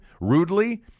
rudely